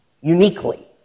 uniquely